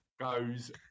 goes